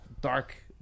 dark